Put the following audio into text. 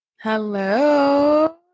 Hello